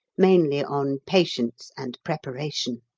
mainly on patience and preparation!